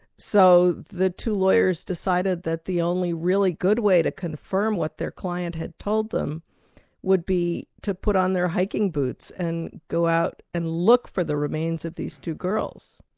so the two lawyers decided that the only really good way to confirm what their client had told them would be to put on their hiking boots and go out and look for the remains of these two girls.